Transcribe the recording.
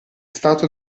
stato